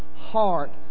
heart